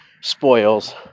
spoils